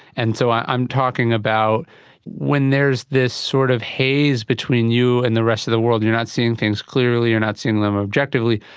and so i'm talking about when there's this sort of haze between you and the rest of the world, you're not seeing things clearly, you're not seeing them objectively,